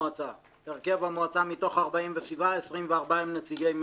מ-7 שקלים בממוצע ל-8 ומעלה על עוף שנמצא אצלם חמישה ימים.